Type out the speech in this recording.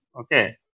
Okay